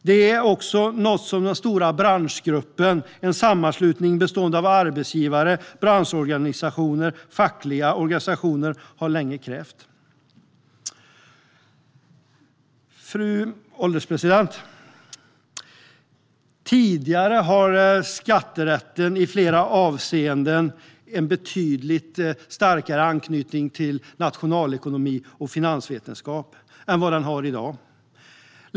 Det är också något som Stora branschgruppen, en sammanslutning bestående av arbetsgivar och branschorganisationer och fackliga organisationer, länge har krävt. Fru ålderspresident! Tidigare hade skatterätten i flera avseenden en betydligt starkare anknytning till nationalekonomi och finansvetenskap än vad den har i dag.